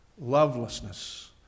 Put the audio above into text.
lovelessness